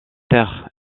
terres